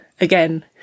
again